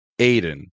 Aiden